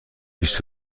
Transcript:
بیست